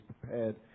prepared